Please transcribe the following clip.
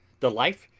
the life,